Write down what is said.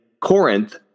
Corinth